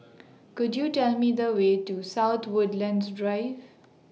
Could YOU Tell Me The Way to South Woodlands Drive